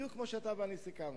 בדיוק כמו שאתה ואני סיכמנו.